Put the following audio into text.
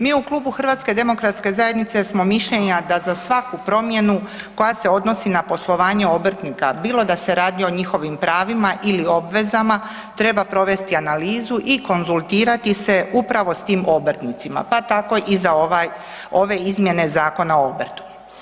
Mi u Klubu HDZ-a smo mišljenja da za svaku promjenu koja se odnosi na poslovanje obrtnika bilo da se radi o njihovim pravima ili obvezama treba provesti analizu i konzultirati se upravo s tim obrtnicama, pa tako i za ove izmjene Zakona o obrtu.